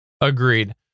Agreed